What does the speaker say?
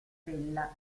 stella